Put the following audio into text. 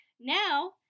now